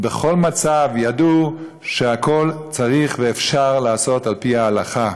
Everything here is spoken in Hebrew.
בכל מצב ידעו שהכול צריך ואפשר לעשות על-פי ההלכה.